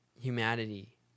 humanity